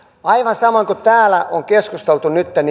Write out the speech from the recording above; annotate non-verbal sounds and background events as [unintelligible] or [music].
aivan samoin kuin täällä on keskusteltu nytten [unintelligible]